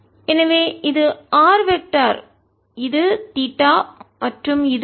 எனவே இது r vector திசையன் இது தீட்டா மற்றும் இது பை